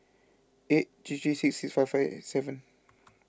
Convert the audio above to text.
eight three three six six five five seven